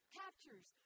captures